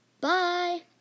Bye